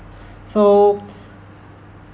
so